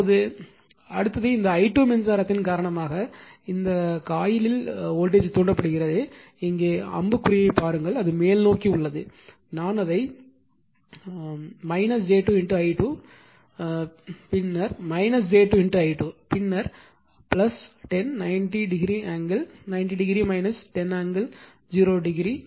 இப்போது அடுத்தது இந்த i2 மின்சாரத்தின் காரணமாக இந்த காயிலில் வோல்டேஜ் தூண்டப்படுகிறது இங்கே அம்புக்குறியைப் பாருங்கள் அது மேல்நோக்கி உள்ளது நான் அதை j 2 i2 இங்கே அது பின்னர் j 2 i2 பின்னர் 10 90 degree angle 90 degree 10 angle 0 degree